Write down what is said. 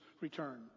return